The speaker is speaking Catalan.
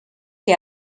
que